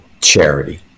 charity